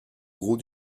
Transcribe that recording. grau